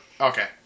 Okay